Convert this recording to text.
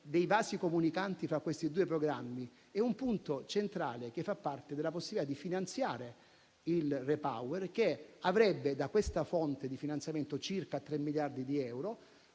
dei vasi comunicanti fra questi due programmi è un punto centrale che fa parte della possibilità di finanziare il REPower, che avrebbe da questa fonte di finanziamento circa 3 miliardi di euro,